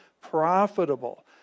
profitable